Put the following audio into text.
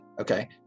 Okay